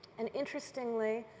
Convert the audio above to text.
and interestingly,